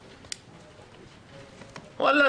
ואלה,